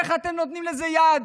איך אתם נותנים לזה יד?